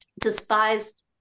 despised